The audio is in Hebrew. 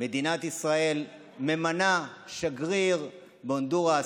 מדינת ישראל ממנה שגריר בהונדורס,